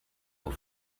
ohr